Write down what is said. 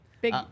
Big